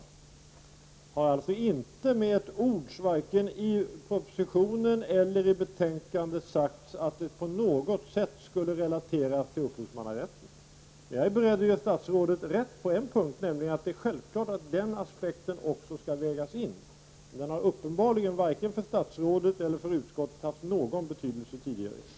Det har alltså inte med ett ord, vare sig i propositionen eller i betänkandet, sagts att tappningsrätten på något sätt skulle relateras till upphovsmannarätten. Jag är beredd att ge statsrådet rätt på en punkt, nämligen att det är självklart att den aspekten också skall läggas in, men den har uppenbarligen inte haft någon betydelse tidigare, varken för statsrådet eller för utskottet.